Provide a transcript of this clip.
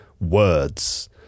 words